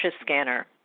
scanner